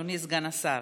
אדוני סגן השר,